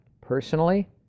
personally